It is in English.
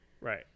Right